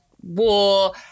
war